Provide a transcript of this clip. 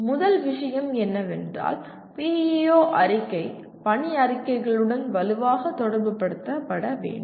முதல் விஷயம் என்னவென்றால் PEO அறிக்கை பணி அறிக்கைகளுடன் வலுவாக தொடர்புபடுத்தப்பட வேண்டும்